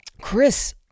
Chris